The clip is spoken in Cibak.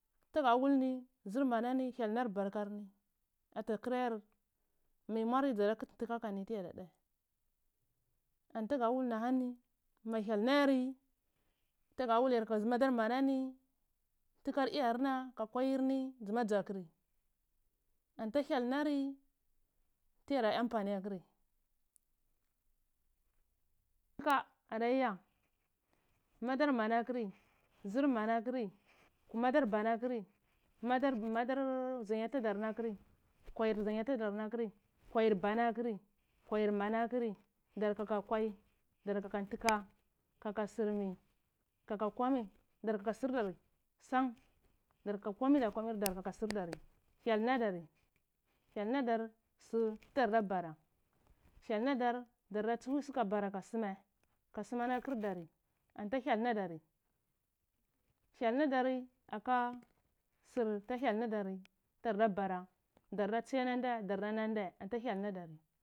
Tga wulni zr mangni hyal lar bar kar ni atakra yari miyi mwari dza da kti tka kanai tiyada dae anti ga wul ni ahani ni ma hyal nayari tga wul yarka madar mane ni tkar lyar na kwairni ama zakri anta hyal nari tiga da ampani akri tka ada ya madar mana kri zr mana kri madar bana kri madar madar zanya tidar na kri nkwayar zanyat darna kri kwa yar bana akri kwayar mana akri dar kaka nkwai dar kaka ntka kaka srmi kaka kwammi darka srdar san dark aka ko mi da komi dark a ka sr dar san hyal ladar dark a komi da komi dnrkaka srdar hyal na dar hyal nadir tdar da bara hyal nadir dar da tn ska dara same ka same na kur dari anta hyal nadari hyal nadari aka sr sta hyal nadari dar da tsiyanan dae anta hyal nadir.